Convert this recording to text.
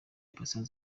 patient